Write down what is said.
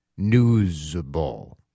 newsable